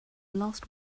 last